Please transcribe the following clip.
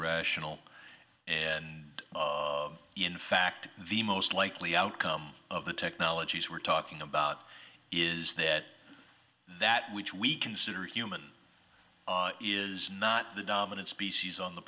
rational and in fact the most likely outcome of the technologies we're talking about is that that which we consider human is not the dominant species on the